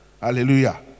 hallelujah